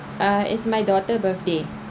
ah is my daughter birthday